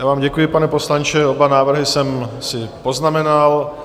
Já vám děkuji, pane poslanče, oba návrhy jsem si poznamenal.